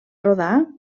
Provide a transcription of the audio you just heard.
rodar